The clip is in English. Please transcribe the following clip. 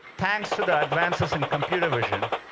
thanks to the advances in computer vision,